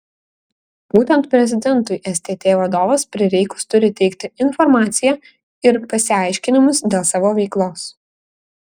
būtent prezidentui stt vadovas prireikus turi teikti informaciją ir pasiaiškinimus dėl savo veiklos